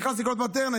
נכנס לקנות מטרנה,